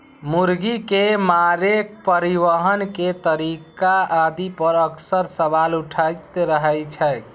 मुर्गी के मारै, परिवहन के तरीका आदि पर अक्सर सवाल उठैत रहै छै